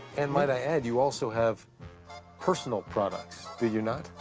and might i add you also have personal products, do you not?